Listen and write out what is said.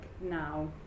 now